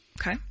Okay